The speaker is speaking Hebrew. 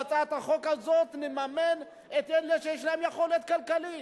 בהצעת החוק הזאת נממן את אלה שיש להם יכולת כלכלית.